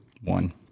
One